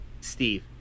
Steve